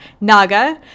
Naga